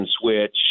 switch